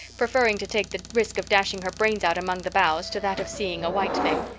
preferring to take the risk of dashing her brains out among the boughs to that of seeing a white thing.